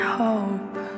hope